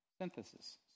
synthesis